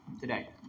Today